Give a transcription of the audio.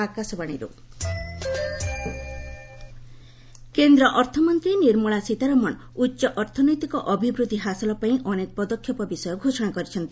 Sitharaman economic କେନ୍ଦ୍ର ଅର୍ଥମନ୍ତ୍ରୀ ନିର୍ମଳା ସୀତାରମଣ ଉଚ୍ଚ ଅର୍ଥନୈତିକ ଅଭିବୃଦ୍ଧି ହାସଲ ପାଇଁ ଅନେକ ପଦକ୍ଷେପ ବିଷୟ ଘୋଷଣା କରିଛନ୍ତି